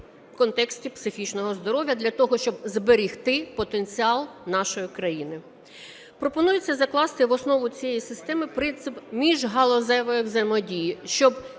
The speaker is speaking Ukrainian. в контексті психічного здоров'я для того, щоб зберегти потенціал нашої країни. Пропонується закласти в основу цієї системи принцип міжгалузевої взаємодії, щоб